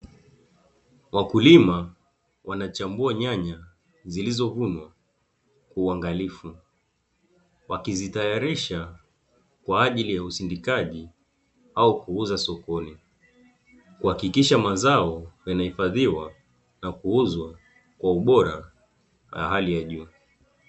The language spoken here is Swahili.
Wakulima wanachambua nyanya zilizovunwa kwa uangalifu wakizitayarisha kwa ajili ya usindikaji au kuuza sokoni, kuhakikisha mazao yanahifadhiwa na kuuzwa kwa ubora wa hali ya juu.